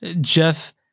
Jeff